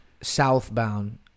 southbound